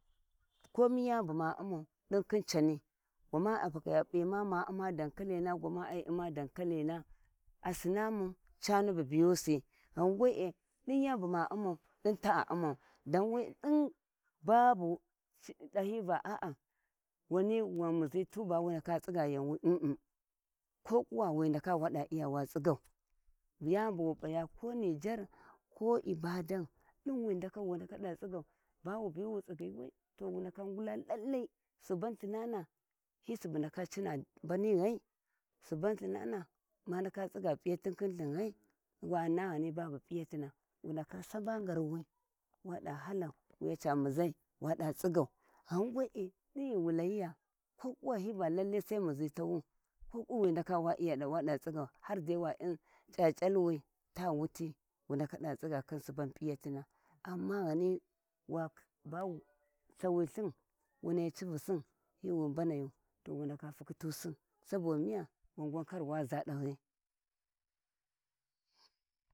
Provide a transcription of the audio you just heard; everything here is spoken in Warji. Din yani bu ma umau din khin cani gwama na a afakhi a pima ma umma daukalena ai umma daukalena a sinna mu cani bu biynsi ghan wee din yani bu ma umum dau wee din babu wani wau muza tu ba wu ndaka wada iya wa tsigau bawu biwi wu tsigyi to ndaka cina mbanighai suban lhinana`a ma daka tsigga p`iyatin khin lthin ghai wana ghani babu p`iyatina to wu nda saba ngarw wa hala wuya ca muzai wada tsiggau ghan wee din ghiwu layiya hiva lallai sai muzi tawu koku iya wa ndaka wada tsiggau har dai wa iri c`ac`alwi ta wuti ndaka da tsigga khin subun p`iyatina amma ghani amma ghani ba wu nahi avu sun hi wi mbanayu to wu ndaka fukutusi sabo khin miya wangwan kada waza.